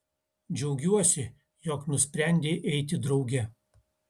džiaugiuosi jog nusprendei eiti drauge